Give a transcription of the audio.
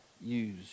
use